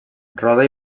roda